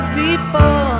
people